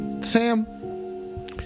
Sam